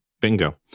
bingo